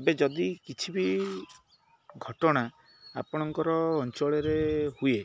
ଏବେ ଯଦି କିଛି ବି ଘଟଣା ଆପଣଙ୍କର ଅଞ୍ଚଳରେ ହୁଏ